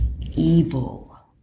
evil